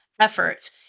efforts